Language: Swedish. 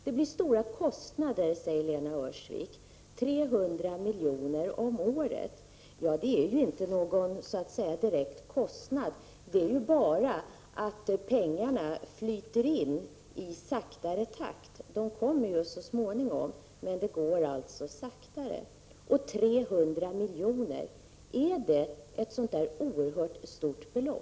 Det blir stora kostnader, säger Lena Öhrsvik — 300 milj.kr. om året. Det är inte fråga om någon direkt kostnad. Det blir bara så att pengarna flyter in saktare; de kommer så småningom. Är för övrigt 300 milj.kr. ett så oerhört stort belopp?